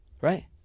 right